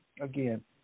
again